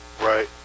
Right